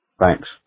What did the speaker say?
Thanks